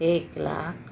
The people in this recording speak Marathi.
एक लाख